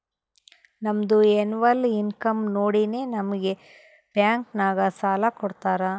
ನಮ್ದು ಎನ್ನವಲ್ ಇನ್ಕಮ್ ನೋಡಿನೇ ನಮುಗ್ ಬ್ಯಾಂಕ್ ನಾಗ್ ಸಾಲ ಕೊಡ್ತಾರ